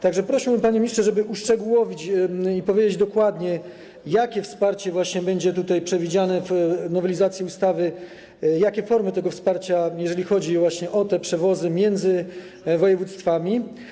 Tak że proszę, panie ministrze, uszczegółowić to i powiedzieć dokładnie, jakie wsparcie będzie tutaj przewidziane w nowelizacji ustawy, jakie będą formy tego wsparcia, jeżeli chodzi właśnie o przewozy między województwami.